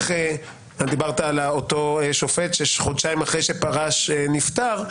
אתה דיברת על אותו שופט שחודשיים אחרי שפרש נפטר,